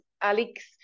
Alex